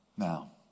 Now